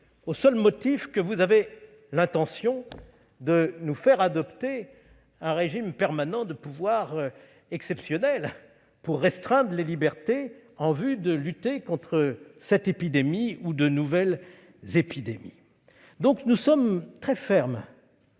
au seul motif que vous avez l'intention de nous faire adopter un régime permanent de pouvoirs exceptionnels pour restreindre les libertés en vue de lutter contre cette épidémie ou de nouvelles à venir. Nous sommes donc très fermes